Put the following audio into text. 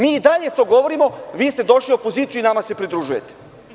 Mi i dalje to govorimo, vi ste došli u opoziciju i nama se pridružujete.